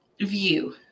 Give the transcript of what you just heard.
view